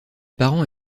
parents